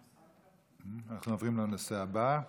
אנחנו עוברים לנושא הבא: